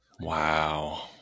Wow